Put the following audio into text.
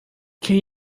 can